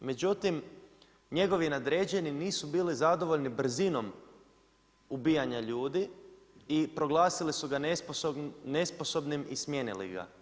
Međutim, njegovi nadređeni nisu bili zadovoljni brzinom ubijanja ljudi i proglasili su ga nesposobnim i smijenili ga.